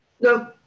No